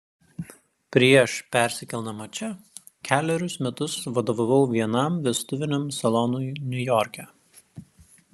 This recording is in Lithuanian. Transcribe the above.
prieš persikeldama čia kelerius metus vadovavau vienam vestuviniam salonui niujorke